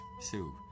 Sue